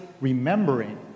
remembering